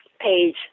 page